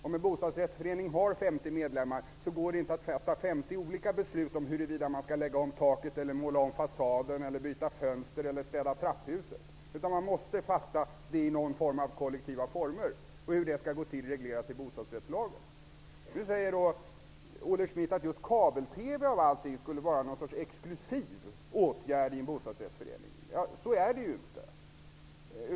Om en bostadsrättsförening har 50 medlemmar, går det inte att fatta 50 olika beslut om huruvida man skall lägga om taket, måla om fasaden, byta fönster eller städa trapphuset. Man måste fatta beslut i kollektiva former. Hur detta skall gå till regleras i bostadsrättslagen. Olle Schmidt säger att just installation av kabel-TV av allting skulle vara någon sorts exklusiv åtgärd i en bostadsrättsförening. Så är det ju inte.